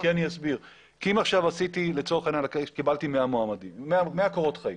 כי אם עכשיו לצורך העניין קיבלתי 100 קורות חיים